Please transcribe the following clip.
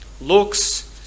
Looks